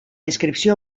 inscripció